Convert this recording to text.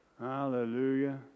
Hallelujah